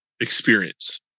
experience